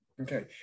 Okay